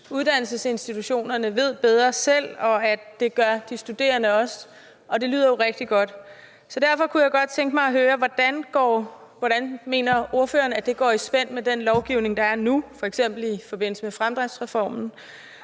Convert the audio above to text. uddannelsesinstitutionerne ved bedre selv, og at de studerende også gør det. Det lyder jo rigtig godt. Derfor kunne jeg godt tænke mig at høre, hvordan ordføreren mener det går i spænd med den lovgivning, der er nu, f.eks. i forbindelse med fremdriftsreformen.